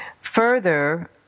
further—